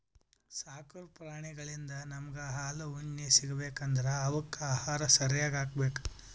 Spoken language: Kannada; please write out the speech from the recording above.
ಸಾಕು ಪ್ರಾಣಿಳಿಂದ್ ನಮ್ಗ್ ಹಾಲ್ ಉಣ್ಣಿ ಸಿಗ್ಬೇಕ್ ಅಂದ್ರ ಅವಕ್ಕ್ ಆಹಾರ ಸರ್ಯಾಗ್ ಹಾಕ್ಬೇಕ್